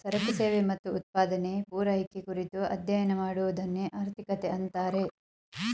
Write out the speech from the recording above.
ಸರಕು ಸೇವೆ ಮತ್ತು ಉತ್ಪಾದನೆ, ಪೂರೈಕೆ ಕುರಿತು ಅಧ್ಯಯನ ಮಾಡುವದನ್ನೆ ಆರ್ಥಿಕತೆ ಅಂತಾರೆ